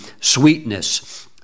sweetness